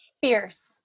Fierce